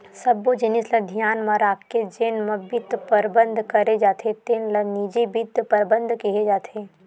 सब्बो जिनिस ल धियान म राखके जेन म बित्त परबंध करे जाथे तेन ल निजी बित्त परबंध केहे जाथे